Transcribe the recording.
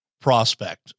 prospect